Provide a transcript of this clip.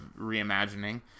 reimagining